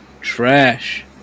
trash